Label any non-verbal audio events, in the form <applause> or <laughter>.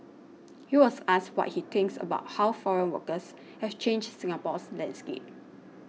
<noise> he was asked what he thinks about how foreign workers have changed Singapore's landscape